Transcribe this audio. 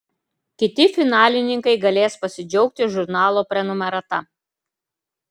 kiti finalininkai galės pasidžiaugti žurnalo prenumerata